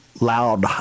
loud